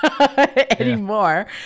anymore